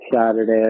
Saturday